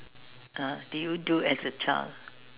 ah did you do as a child